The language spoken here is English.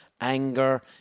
anger